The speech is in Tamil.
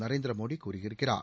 நரேந்திர மோடி கூறியிருக்கிறார்